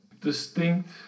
distinct